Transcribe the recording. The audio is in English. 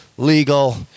Legal